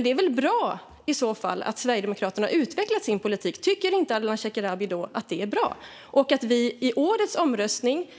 Det är väl bra att Sverigedemokraterna har utvecklat sin politik. Tycker inte Ardalan Shekarabi att det är bra? Vi kommer i årets omröstning